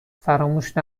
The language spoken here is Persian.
فراموش